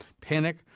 panic